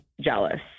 jealous